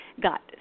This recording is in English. got